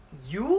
you